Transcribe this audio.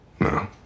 No